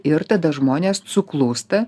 ir tada žmonės suklūsta